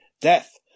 Death